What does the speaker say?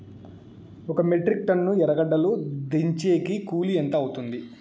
ఒక metric ton ఎర్రగడ్డలు దించేకి కూలి ఎంత అవుతుంది?